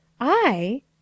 I